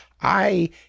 I